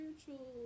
spiritual